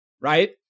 right